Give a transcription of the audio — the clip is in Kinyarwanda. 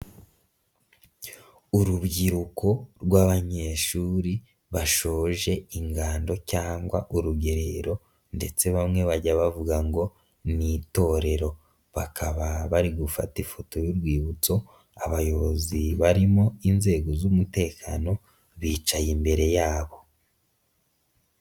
Urubyiruko rw'abanyeshuri bashoje ingando cyangwa urugerero ndetse bamwe bajya bavuga ngo ni itorero, bakaba bari gufata ifoto y'urwibutso, abayobozi barimo inzego z'umutekano bicaye imbere yabo.